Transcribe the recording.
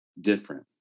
different